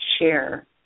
share